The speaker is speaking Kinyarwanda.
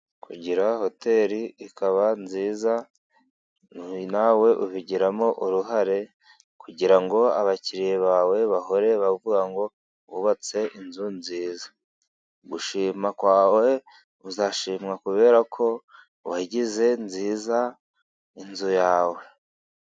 Kugira hoteri ikaba nziza, nawe ubigiramo uruhare, kugira ngo abakiriya bawe bahore bavuga ngo wubatse inzu nziza. Gushimwa kwawe uzashimwa, kubera ko wagize nziza inzu yawe.